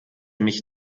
mich